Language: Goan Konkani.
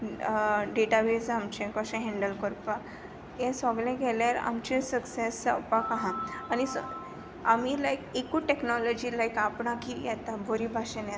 डेटाबेज आमचें कशें हँडल करपा हें सगलें केल्यार आमचें सक्सॅस जावपाक आसा आनी स् आमी लायक एकू टॅक्नॉलॉजी लायक आपणाकी येता बोरी भाशेन येता